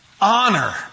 Honor